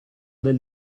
del